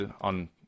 on